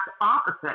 opposite